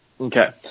Okay